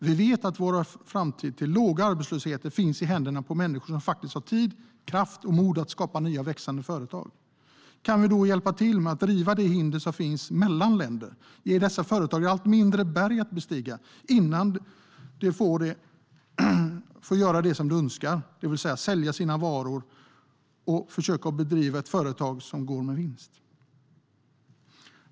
Vi vet att vår framtid med låg arbetslöshet finns i händerna på människor som faktiskt har tid, kraft och mod att skapa nya växande företag. Kan vi då hjälpa till att riva de hinder som finns mellan länder och ge dessa företagare allt mindre berg att bestiga innan de får göra det som de önskar, det vill säga sälja sina varor och försöka driva ett företag som går med vinst?